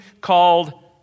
called